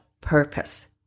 purpose